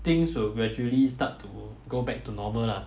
things will gradually start to go back to normal lah